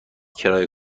کرایه